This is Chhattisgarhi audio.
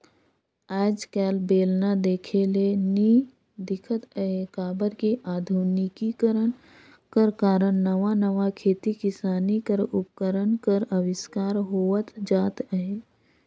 आएज काएल बेलना देखे ले नी दिखत अहे काबर कि अधुनिकीकरन कर कारन नावा नावा खेती किसानी कर उपकरन कर अबिस्कार होवत जात अहे